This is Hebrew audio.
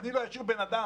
אני לא אשאיר בן אדם